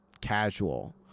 casual